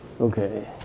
Okay